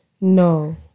No